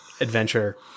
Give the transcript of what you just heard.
adventure